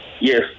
Yes